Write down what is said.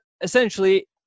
essentially